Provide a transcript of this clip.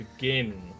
begin